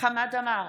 חמד עמאר,